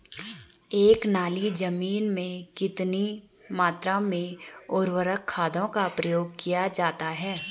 एक नाली जमीन में कितनी मात्रा में उर्वरक खादों का प्रयोग किया जाता है?